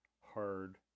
hard